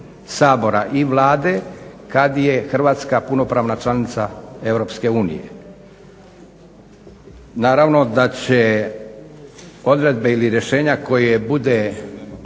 Sabora i Vlade kad je Hrvatska punopravna članica